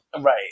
Right